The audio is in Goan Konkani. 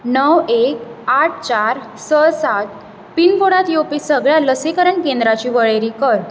णव एक आठ चार स सात पिनकोडांत येवपी सगळ्या लसीकरण केंद्रांची वळेरी कर